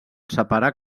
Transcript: separar